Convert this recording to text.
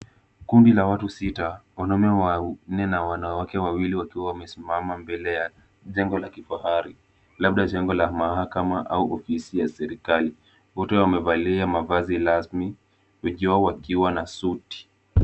Kundi la watu sita, wanaume wanne na wanawake wawili wakiwa wamesimama mbele ya jengo la kifahari labda jengo la mahakama au ofisi ya serikali. Wote wamevalia mavazi rasmi. Wengi wao wakiwa na suti.